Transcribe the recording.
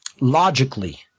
logically